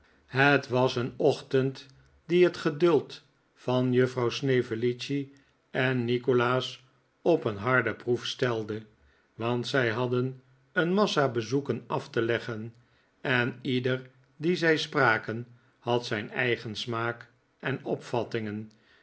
het was een ochtend die het geduld van juffrouw snevellicci en nikolaas op een harde proef stelde want zij hadden een massa bezoeken af te leggen en ieder dien zij spraken had zijn eigen smaak en opvattingen